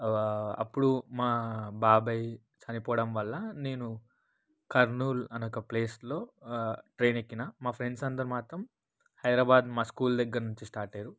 అప్పుడు మా బాబాయి చనిపోవడం వల్ల నేను కర్నూల్ అనొక ప్లేస్లో ట్రైన్ ఎక్కిన మా ఫ్రెండ్సందరు మాత్రం హైదరాబాద్ మా స్కూల్ దగ్గర నుంచి స్టార్టయ్యారు